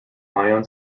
ion